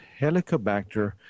Helicobacter